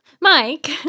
Mike